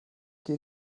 geht